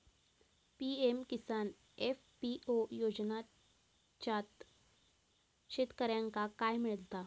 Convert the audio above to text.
PM Kisan FPO योजनाच्यात शेतकऱ्यांका काय मिळता?